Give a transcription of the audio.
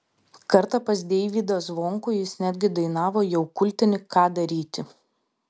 kartą pas deivydą zvonkų jis netgi dainavo jau kultinį ką daryti